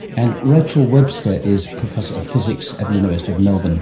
and rachel webster is professor of physics at the university of melbourne